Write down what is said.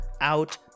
out